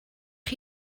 chi